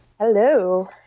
Hello